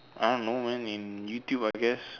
I don't know man in YouTube I guess